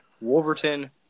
Wolverton